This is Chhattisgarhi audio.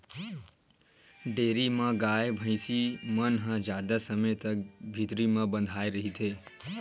डेयरी म गाय, भइसी मन ह जादा समे तक भीतरी म बंधाए रहिथे